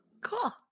Cool